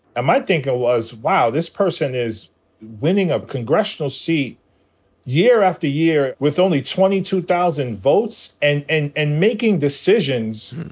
and my thinkin' was, wow, this person is winning a congressional seat year after year with only twenty two thousand votes and and and making decisions,